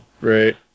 Right